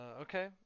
Okay